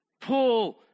Paul